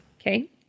Okay